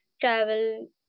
travel